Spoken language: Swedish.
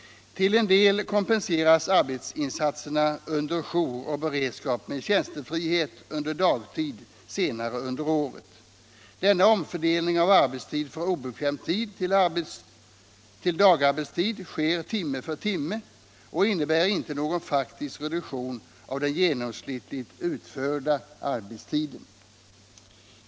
Till en del kompenseras arbetsinsatserna under jour och beredskap med tjänstefrihet under dagtid senare under året. Denna omfördelning av arbetstid från obekväm tid till dagarbetstid sker timme för timme och innebär inte någon faktisk reduktion av den genomsnittliga, utförda arbetstiden.